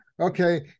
Okay